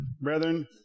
brethren